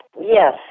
yes